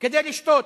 כדי לשתות.